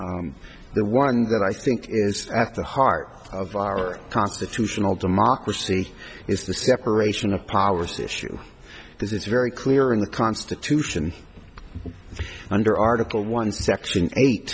the one that i think is at the heart of our constitutional democracy is the separation of powers issue this is very clear in the constitution under article one section eight